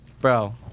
Bro